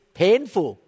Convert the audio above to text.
painful